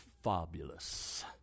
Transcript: fabulous